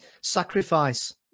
sacrifice